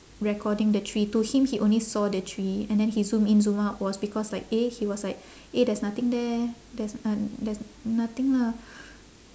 recording the tree to him he only saw the tree and then he zoom in zoom out was because like eh he was like eh there's nothing there there's uh there's nothing lah